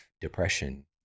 depression